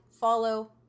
follow